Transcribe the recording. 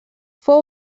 fou